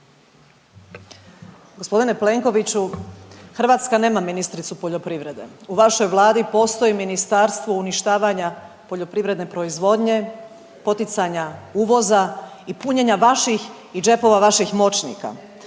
Hrvatska nema ministricu poljoprivrede. U vašoj vladi postoji ministarstvo uništavanja poljoprivredne proizvodnje, poticanja uvoza i punjenja vaših i džepova vaših moćnika.